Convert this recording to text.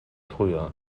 früher